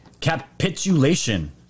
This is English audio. Capitulation